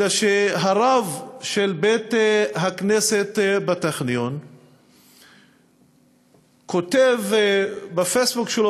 אלא שהרב של בית-הכנסת בטכניון כותב בפייסבוק שלו,